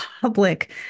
public